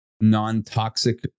non-toxic